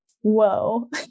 whoa